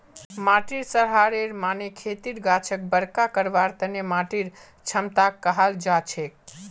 माटीर सहारेर माने खेतर गाछक बरका करवार तने माटीर क्षमताक कहाल जाछेक